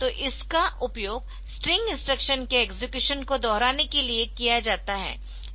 तो इसका उपयोग स्ट्रिंग इंस्ट्रक्शन के एक्सेक्युशन को दोहराने के लिए किया जाता है